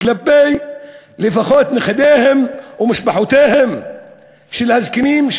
לפחות כלפי נכדיהם ומשפחותיהם של הזקנים,